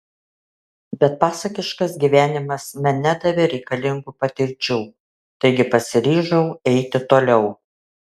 bet pasakiškas gyvenimas man nedavė reikalingų patirčių taigi pasiryžau eiti toliau